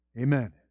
Amen